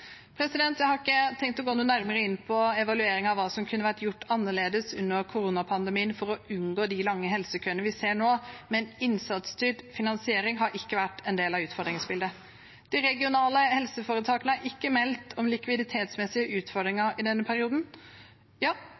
Jeg har ikke tenkt å gå nærmere inn på en evaluering av hva som kunne vært gjort annerledes under koronapandemien for å unngå de lange helsekøene vi ser nå, men innsatsstyrt finansiering har ikke vært en del av utfordringsbildet. De regionale helseforetakene har ikke meldt om likviditetsmessige utfordringer i denne perioden. Ja,